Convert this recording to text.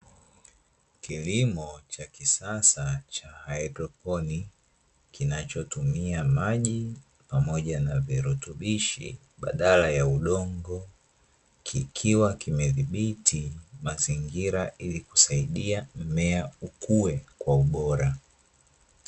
Kilimo cha kisasa cha haidroponi, kinachotumia maji pamoja na virutubishi badala ya udongo, kikiwa kimedhibiti mazingira ili kusaidia mmea ukue kwa ubora.